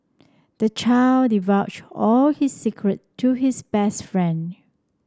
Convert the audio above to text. the child divulged all his secret to his best friend